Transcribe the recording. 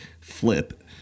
flip